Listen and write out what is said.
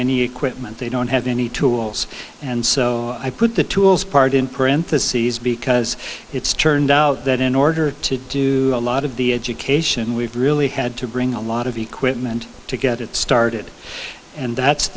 any equipment they don't have any tools and so i put the tools part in parentheses because it's turned out that in order to do a lot of the education we've really had to bring a lot of equipment to get it started and that's